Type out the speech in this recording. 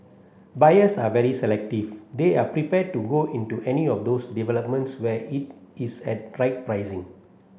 buyers are very selective they are prepared to go into any of those developments where it is at right pricing